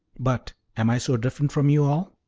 but am i so different from you all?